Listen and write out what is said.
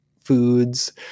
foods